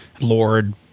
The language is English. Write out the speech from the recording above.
Lord